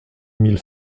mille